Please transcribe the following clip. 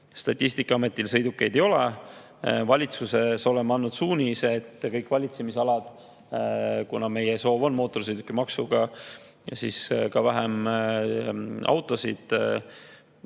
Statistikaametil sõidukeid ei ole. Valitsuses oleme andnud suunise, et kõik valitsemisalad – kuna meie soov on mootorsõidukimaksuga vähendada autode